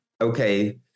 okay